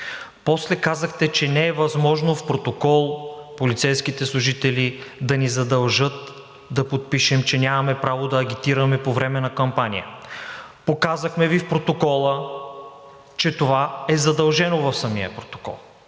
После казахте, че не е възможно с протокол полицейските служители да ни задължат да подпишем, че нямаме право да агитираме по време на кампания. Показахме Ви в протокола, че това е задължено в самия протокол.